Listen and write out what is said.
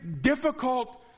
difficult